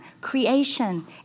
creation